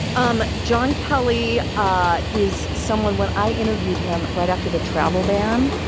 um john kelly ah is someone when i interviewed him right after the travel ban,